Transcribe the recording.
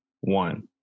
one